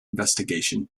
investigation